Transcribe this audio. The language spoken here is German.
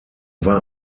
war